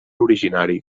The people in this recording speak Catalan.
originari